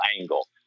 angle